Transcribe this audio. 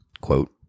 Quote